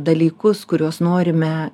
dalykus kuriuos norime